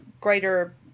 greater